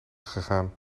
gegaan